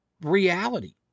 Reality